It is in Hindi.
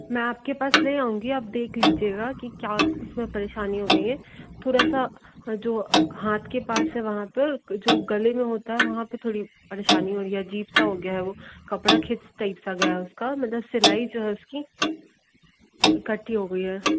मैं आपके पास ले आउंगी आप देख लीजिएगा कि क्या उसमें परेशानी हो गई है थोड़ा सा जो हाथ के पास है वहाँ पर जो गले में होता है वहाँ पे थोड़ी परेशानी हो रही है अजीब सा हो गया है वो कपड़ा खींच टाइप सा गया है उसका मतलब सिलाई जो है उसकी इकट्ठी हो गई है